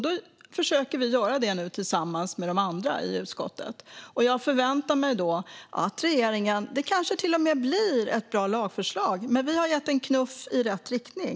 Det försöker vi nu åstadkomma tillsammans med de andra i utskottet, och jag förväntar mig att regeringen agerar. Det kanske till och med blir ett bra lagförslag, fru talman, men vi har gett en knuff i rätt riktning.